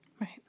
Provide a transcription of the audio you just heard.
Right